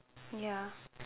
ya